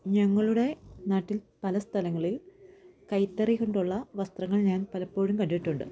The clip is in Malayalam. ഞങ്ങളുടെ നാട്ടിൽ പല സ്ഥലങ്ങളിൽ കൈത്തറി കൊണ്ടുള്ള വസ്ത്രങ്ങൾ ഞാൻ പലപ്പോഴും കണ്ടിട്ടുണ്ട്